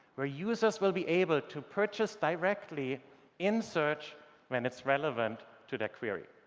where users will be able to purchase directly in search when it's relevant to their query.